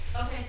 Okay